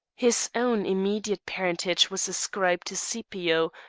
his own immediate parentage was ascribed to scipio,